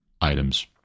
items